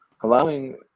allowing